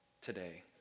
today